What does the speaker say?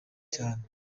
cyane